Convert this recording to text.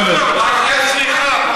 עכשיו אתה מתחשבן, חבר הכנסת ברושי, אל תפריע.